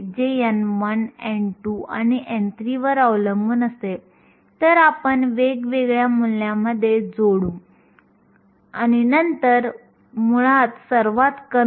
या अभिव्यक्तीच्या बरोबरीने आपण v थर्मल किंवा इलेक्ट्रॉनच्या वेगाचे मूल्य शोधू शकतो म्हणजेच 3kTme होय हे पुन्हा सर्व संख्यांना जोडते